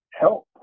help